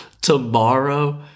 Tomorrow